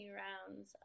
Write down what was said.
rounds